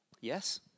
Yes